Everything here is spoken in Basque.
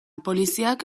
poliziak